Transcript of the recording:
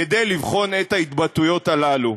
כדי לבחון את ההתבטאויות הללו.